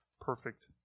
perfect